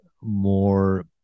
more